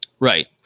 Right